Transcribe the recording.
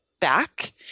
back